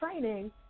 training